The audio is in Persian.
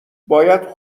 باید